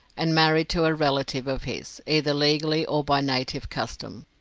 and married to a relative of his, either legally or by native custom.